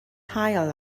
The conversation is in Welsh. haul